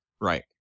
Right